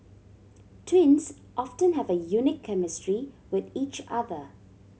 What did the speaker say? twins often have a unique chemistry with each other